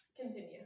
Continue